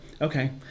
okay